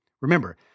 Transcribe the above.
Remember